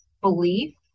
belief